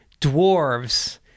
dwarves